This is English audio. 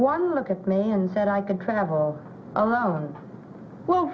to look at me and said i can travel alone well